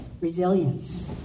Resilience